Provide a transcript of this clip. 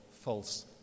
false